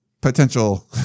potential